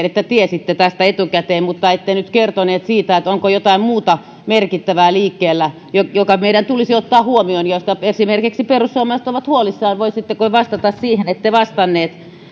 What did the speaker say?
että tiesitte tästä etukäteen mutta ette nyt kertonut sitä onko jotain muuta merkittävää liikkeellä joka meidän tulisi ottaa huomioon esimerkiksi perussuomalaiset ovat huolissaan voisitteko vastata siihen ette vastannut